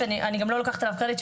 אני גם לא לוקחת עליו קרדיט,